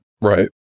Right